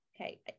Okay